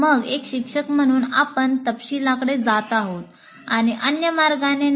मग एक शिक्षक म्हणून आपण तपशिलाकडे जात आहोत आणि अन्य मार्गाने नाही